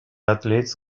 athletes